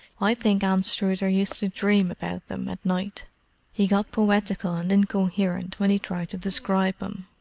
i think anstruther used to dream about them at night he got poetical and incoherent when he tried to describe em.